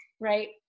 right